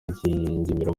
ingingimira